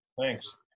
Thanks